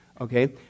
okay